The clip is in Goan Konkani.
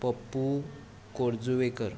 पप्पू कोरजुवेकर